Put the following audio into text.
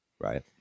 right